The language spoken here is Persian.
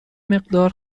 مقدار